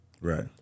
Right